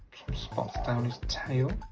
spots down his tail